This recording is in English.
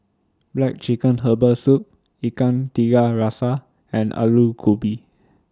Black Chicken Herbal Soup Ikan Tiga Rasa and Aloo Gobi